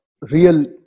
real